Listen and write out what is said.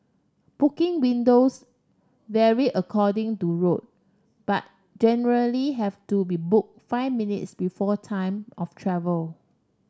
booking windows vary according to route but generally have to be book five minutes before time of travel